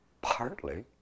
partly